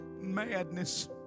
madness